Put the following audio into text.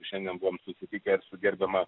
šiandien buvom susitikę ir su gerbiama